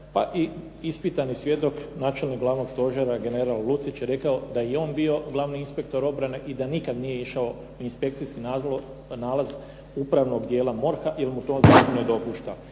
i ispitani svjedok načelnik Glavnog stožera general Lucić je rekao, da je i on bio glavni inspektor obrane i da nikada nije išao u inspekcijski nalaz upravnog dijela MORH-a jer mu ...